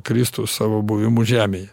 kristus savo buvimu žemėje